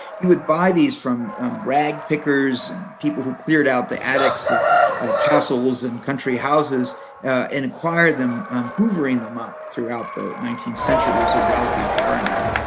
he would buy these from rag pickers and people who cleared out the attics of castles and country houses and acquired, them hoovering them up throughout the nineteenth century. he was a wealthy baronet.